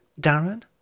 Darren